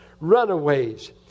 Runaways